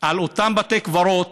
על אותם בתי קברות,